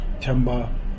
Chamba